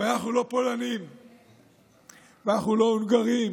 אבל אנחנו לא פולנים ואנחנו לא הונגרים.